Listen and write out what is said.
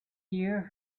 here